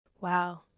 Wow